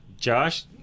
Josh